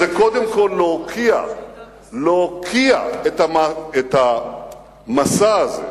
זה קודם כול להוקיע את המסע הזה,